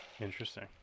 interesting